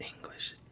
English